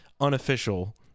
unofficial